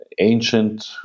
ancient